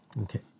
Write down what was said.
Okay